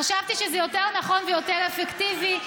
חשבתי שזה יותר נכון ויותר אפקטיבי,